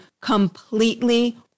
completely